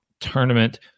tournament